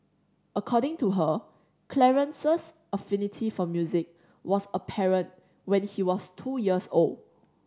according to her Clarence's affinity for music was apparent when he was two years old